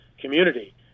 community